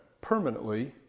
permanently